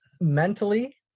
mentally